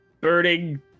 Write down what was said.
burning